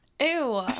Ew